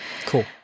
cool